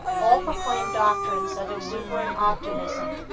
all proclaim doctrines of exuberant optimism,